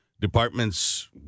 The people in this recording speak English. Departments